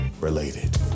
related